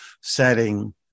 setting